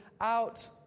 out